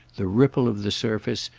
the ripple of the surface,